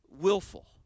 willful